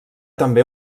també